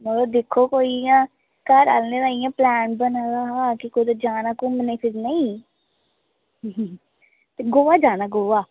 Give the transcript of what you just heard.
मड़ो दिक्खो इंया घरै आह्लें दा प्लान बने दा हा कि अग्गें कुदै जाना घुम्मनै फिरने गी ते गोवा जाना गोवा